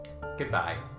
goodbye